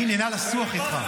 אני נהנה לָשׂוּחַ איתך.